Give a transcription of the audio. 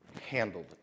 handled